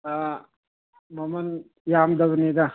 ꯃꯃꯜ ꯌꯥꯝꯗꯕꯅꯤꯗ